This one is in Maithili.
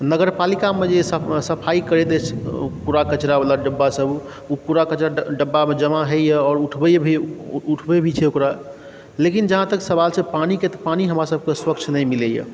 नगरपालिकामे जे सब सफाइ करैत अछि कूड़ा कचरावला डब्बासब ओ कूड़ा कचरा डब्बामे जमा होइए आओर उठबै भी छै ओकरा लेकिन जहाँ तक सवाल छै पानीके तऽ पानी हमरा सभके स्वच्छ नहि मिलैए